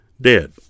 dead